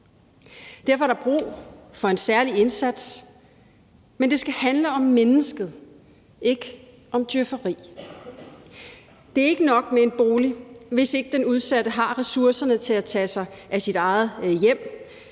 Derfor er der brug for en særlig indsats, men det skal handle om mennesket – ikke om djøfferi. Det er ikke nok med en bolig, hvis ikke den udsatte har ressourcerne til at tage sig af sit eget hjem;